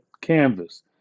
canvas